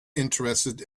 interested